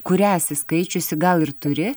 kurią esi skaičiusi gal ir turi